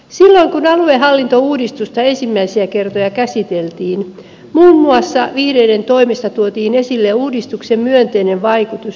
silloin kun aluehallintouudistusta ensimmäisiä kertoja käsiteltiin muun muassa vihreiden toimesta tuotiin esille uudistuksen myönteinen vaikutus ympäristöasioihin